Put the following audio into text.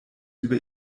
über